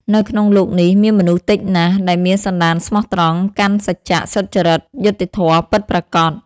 នៅក្នុងលោកនេះ មានមនុស្សតិចណាស់ដែលមានសន្ដានស្មោះត្រង់ កាន់សច្ចៈ សុចរិត យុត្តិធម៌ ពិតប្រាកដ។